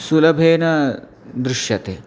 सुलभेन दृश्यते